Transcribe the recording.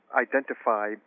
identify